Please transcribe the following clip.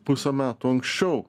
pusę metų anksčiau